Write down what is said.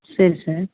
சரி சார்